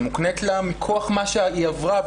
שמוקנית לה מכוח מה שהיא עברה,